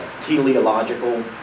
teleological